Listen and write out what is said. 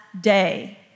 day